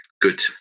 good